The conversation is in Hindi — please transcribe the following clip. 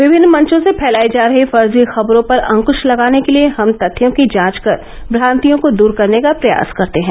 विभिन्न मंचों से फैलाई जा रहीं फर्जी खबरों पर अंकुश लगाने के लिए हम तथ्यों की जांच कर भ्रान्तियों को दूर करने का प्रयास करते हैं